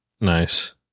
nice